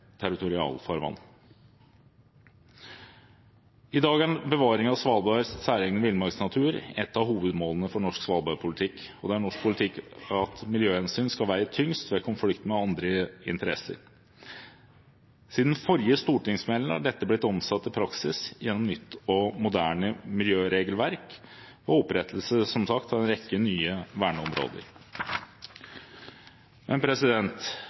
territorialfarvann. I dag er bevaring av Svalbards særegne villmarksnatur et av hovedmålene for norsk svalbardpolitikk, og det er norsk politikk at miljøhensyn skal veie tyngst ved konflikt med andre interesser. Siden forrige stortingsmelding har dette blitt omsatt i praksis gjennom nytt og moderne miljøregelverk og opprettelse, som sagt, av en rekke nye verneområder.